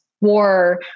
war